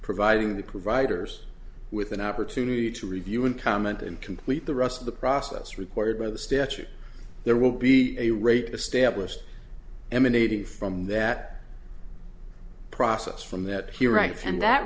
providing the providers with an opportunity to review and comment and complete the rest of the process required by the statute there will be a rate of stablished emanating from that process from that he writes and that